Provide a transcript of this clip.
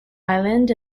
island